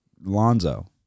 Lonzo